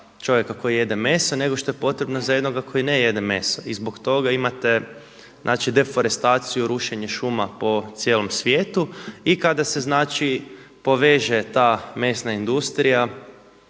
čovjeka koji jede meso nego što je potrebno za jednoga koji ne jede meso. I zbog toga imate deforestaciju rušenje šuma po cijelom svijetu i kada se poveže ta mesna industrija